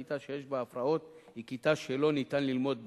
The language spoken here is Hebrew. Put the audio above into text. כיתה שיש בה הפרעות היא כיתה שלא ניתן ללמוד בה,